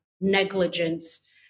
negligence